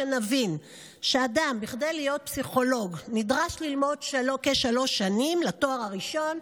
שנבין שכדי להיות פסיכולוג אדם נדרש ללמוד כשלוש שנים לתואר הראשון,